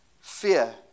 Fear